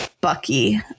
Bucky